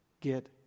get